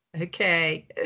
Okay